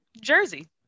Jersey